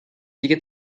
دیگه